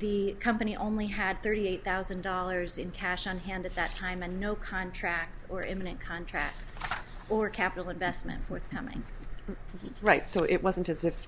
the company only had thirty eight thousand dollars in cash on hand at that time and no contracts or in the contracts or capital investment forthcoming right so it wasn't as if